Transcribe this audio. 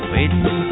Waiting